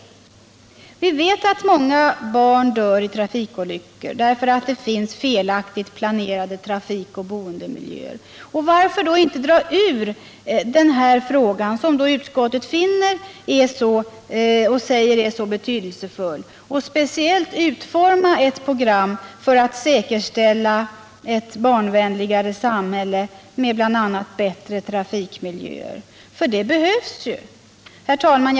Vi vet att många barn dör i trafikolyckor därför att det finns felaktigt planerade trafikoch boendemiljöer. Varför då inte dra ur denna fråga, som utskottet säger är så betydelsefull, och speciellt utforma ett program för att säkerställa ett barnvänligare samhälle med bl.a. bättre trafikmil jöer? För det behövs ju. Nr 23 Herr talman!